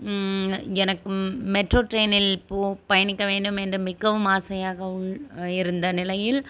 எனக்கு மெட்ரோ டிரெயினில் போக பயணிக்க வேண்டும் என்று மிகவும் ஆசையாக உள் இருந்த நிலையில்